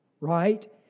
right